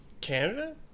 Canada